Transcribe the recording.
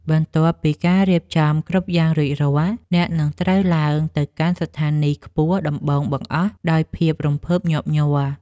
បន្ទាប់ពីការរៀបចំគ្រប់យ៉ាងរួចរាល់ អ្នកនឹងត្រូវឡើងទៅកាន់ស្ថានីយខ្ពស់ដំបូងបង្អស់ដោយភាពរំភើបញាប់ញ័រ។